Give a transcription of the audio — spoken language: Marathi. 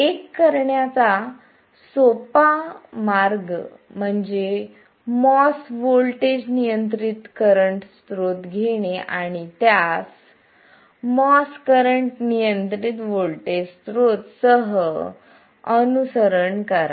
एक करण्याचा एक सोपा मार्ग म्हणजे MOS व्होल्टेज नियंत्रित करंट स्त्रोत घेणे आणि त्यास MOS करंट नियंत्रित व्होल्टेज स्त्रोत सह अनुसरण करा